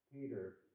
Peter